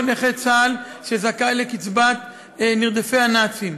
או נכה צה"ל שזכאי לקצבת נרדפי הנאצים,